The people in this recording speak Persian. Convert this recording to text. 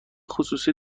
خصوصی